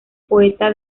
poeta